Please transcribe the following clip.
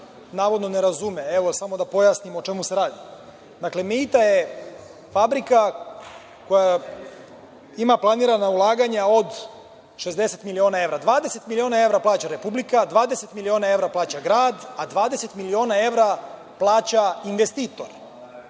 navodno ne razume. Evo samo da pojasnim o čemu se radi. Dakle, „Meita“ je fabrika koja ima planirana ulaganja od 60 miliona evra. Dvadeset miliona evra plaća Republika, a 20 miliona evra plaća grad, a 20 miliona evra plaća investitor,